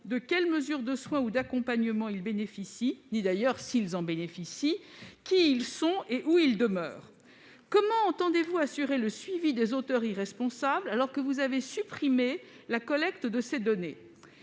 de quelles mesures de soin ou d'accompagnement bénéficient les personnes concernées ni, d'ailleurs, s'ils en bénéficient, qui ils sont et où ils demeurent. Comment entendez-vous assurer le suivi des auteurs irresponsables alors que vous avez supprimé la collecte de ces données ?